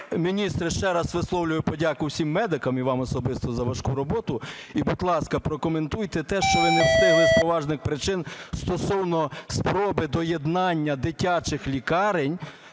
міністре, ще раз висловлюю подяку всім медикам і вам особисто за важку роботу. І, будь ласка, прокоментуйте те, що ви не встигли з поважних причин стосовно спроби доєднання дитячих лікарень